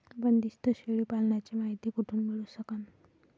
बंदीस्त शेळी पालनाची मायती कुठून मिळू सकन?